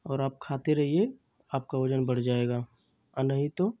अगर आप खाते रहिए तो आपका वज़न बढ़ जाएगा नहीं तो